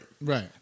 Right